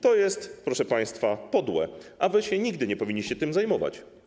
To jest, proszę państwa, podłe, a wy nigdy nie powinniście się tym zajmować.